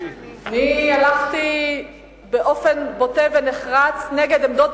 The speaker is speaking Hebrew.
אני הלכתי באופן בוטה ונחרץ נגד עמדות